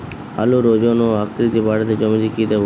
আলুর ওজন ও আকৃতি বাড়াতে জমিতে কি দেবো?